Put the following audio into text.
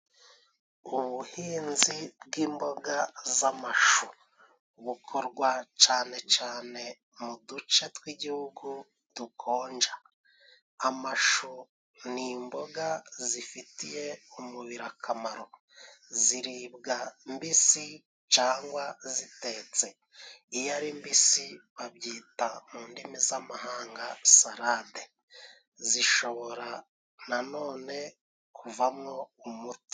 Ubuhinzi bw'imboga z'amashu. Bukorwa cane cane mu duce tw'Igihugu dukonja. Amashu ni imboga zifitiye umubiri akamaro, ziribwa mbisi cyangwa zitetse. Iyo ari mbisi babyita mu ndimi z'amahanga salade. Zishobora na none kuvamwo umuti.